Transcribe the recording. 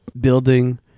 building